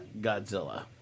Godzilla